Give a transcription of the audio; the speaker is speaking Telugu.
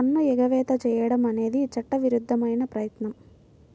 పన్ను ఎగవేత చేయడం అనేది చట్టవిరుద్ధమైన ప్రయత్నం